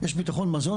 יש ביטחון מזון,